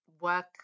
work